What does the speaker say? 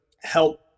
help